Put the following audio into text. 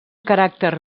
caràcter